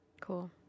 cool